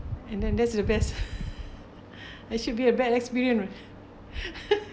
and then that's the best I should be a bad experience